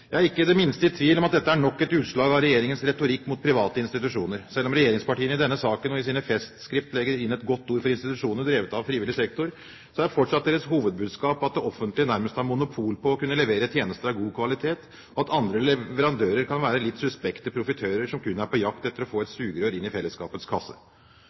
Jeg er ikke det minste i tvil om at dette er nok et utslag av regjeringens retorikk mot private institusjoner. Selv om regjeringspartiene i denne saken og i sine festskrift legger inn et godt ord for institusjoner drevet av frivillig sektor, er fortsatt deres hovedbudskap at det offentlige nærmest har monopol på å kunne levere tjenester av god kvalitet, og at andre leverandører kan være litt suspekte profitører som kun er på jakt etter å få et sugerør inn i fellesskapets kasse.